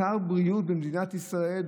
שר בריאות במדינת ישראל,